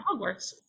Hogwarts